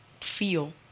feel